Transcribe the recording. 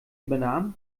übernahm